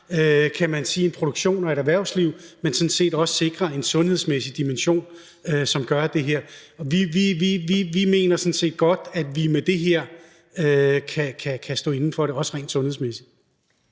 af at sikre en produktion og et erhvervsliv, men sådan set også sikre en sundhedsmæssig dimension, som gør det her. Vi mener sådan set godt, at vi med det her kan stå inde for det, også rent sundhedsmæssigt.